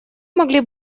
могли